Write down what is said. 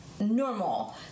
normal